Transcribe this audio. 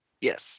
Yes